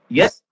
yes